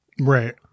Right